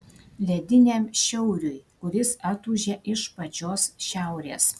lediniam šiauriui kuris atūžia iš pačios šiaurės